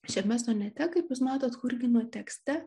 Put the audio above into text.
šiame sonete kaip jūs matot churgino tekste